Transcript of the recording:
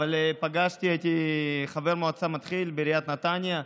הייתי חבר מועצה מתחיל בעיריית נתניה,